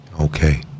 Okay